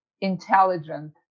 intelligent